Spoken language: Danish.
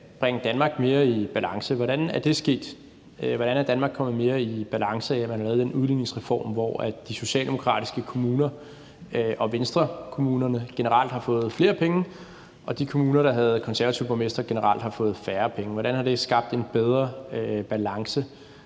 bringe Danmark mere i balance. Hvordan er det sket? Hvordan er Danmark kommet mere i balance, ved at man lavede den udligningsreform, hvor de socialdemokratiske kommuner og Venstrekommunerne generelt har fået flere penge og de kommuner, der havde konservative borgmestre, generelt har fået færre penge? Hvordan har det skabt en bedre balance?